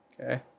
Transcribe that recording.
Okay